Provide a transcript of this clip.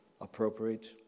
appropriate